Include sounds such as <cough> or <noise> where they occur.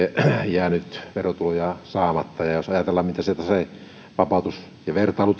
jäänyt verotuloja saamatta jos ajatellaan mitä se tasevapautus ja vertailu <unintelligible>